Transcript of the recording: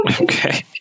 Okay